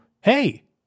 Hey